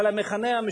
אבל המכנה המשותף,